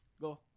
Go